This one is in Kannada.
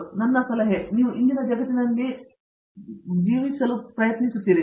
ಆದ್ದರಿಂದ ನನ್ನ ಸಲಹೆ ನೀವು ಇಂದಿನ ಜಗತ್ತಿನಲ್ಲಿ ನಿರ್ಧರಿಸಲು ಪ್ರಯತ್ನಿಸುತ್ತಿದ್ದರೆ ನಿಮಗೆ ತಿಳಿದಿದೆ